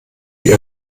die